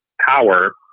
power